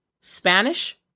Spanish